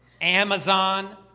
Amazon